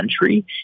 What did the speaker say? country